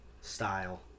style